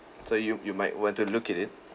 so you you might want to look at it